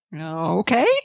Okay